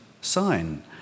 sign